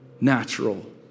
natural